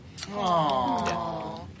Aww